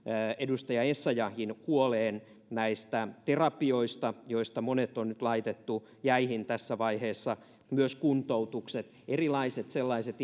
edustaja essayahin huoleen näistä terapioista joista monet on nyt laitettu jäihin tässä vaiheessa myös kuntoutukset erilaiset sellaiset